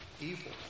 evil